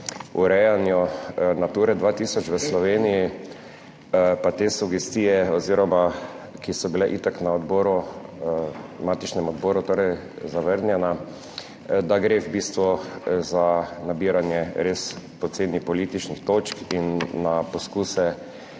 o urejanju Nature 2000 v Sloveniji, pa te sugestije oziroma ki so bile itak na odboru, matičnem odboru torej zavrnjena, da gre v bistvu za nabiranje res poceni političnih točk in na poskuse